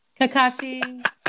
Kakashi